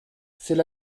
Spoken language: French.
c’est